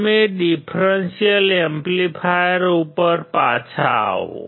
તેથી differential amplifier ઉપર પાછા આવો